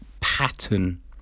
pattern